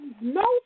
no